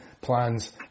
plans